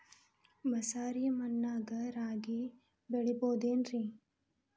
ಮಸಾರಿ ಮಣ್ಣಾಗ ರಾಗಿ ಬೆಳಿಬೊದೇನ್ರೇ?